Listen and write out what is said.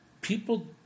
People